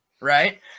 Right